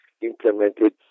implemented